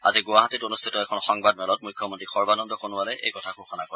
আজি গুৱাহাটী অনুষ্ঠিত এখন সংবাদ মেলত মুখ্যমন্তী সৰ্বানন্দ সোণোৱালে এই কথা ঘোষণা কৰে